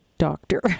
doctor